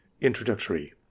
Introductory